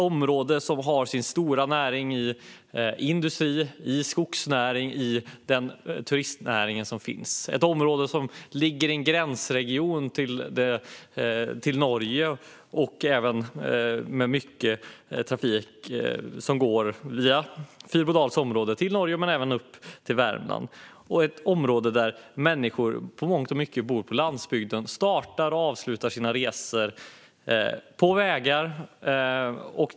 Områdets stora näringar är industri, skogsnäring och turistnäring. Det är en gränsregion till Norge med mycket trafik både dit och till Värmland. Många i området bor på landsbygden och startar och avslutar sina resor på väg.